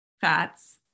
fats